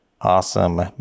awesome